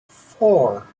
four